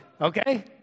okay